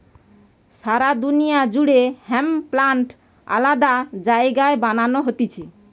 সারা দুনিয়া জুড়ে hemp plant আলাদা জায়গায় বানানো হতিছে